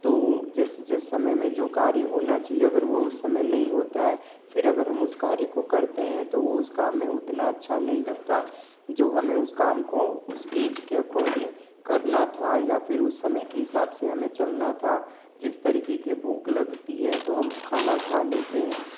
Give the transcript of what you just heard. तो जिस जिस समय में जो कार्य होना चाहिए अगर वो उस समय नहीं होता फिर अगर हम उस कार्य को करते हैं तो वो उस काम में उतना अच्छा नहीं लगता जो हमें उस काम को उस ऐज के अकॉर्डिंग करना था या फिर उस समय के हिसाब से हमें चलना था जिस तरीके की भूख लगती है तो हम खाना खा लेते हैं